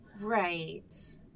Right